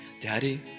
Daddy